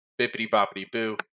Bippity-boppity-boo